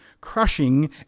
crushing